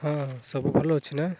ହଁ ସବୁ ଭଲ ଅଛି ନା